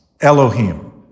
Elohim